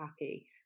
happy